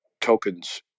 tokens